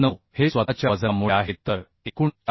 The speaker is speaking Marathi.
9 हे स्वतःच्या वजनामुळे आहे तर एकूण 465